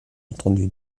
entendu